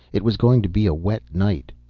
it was going to be a wet night.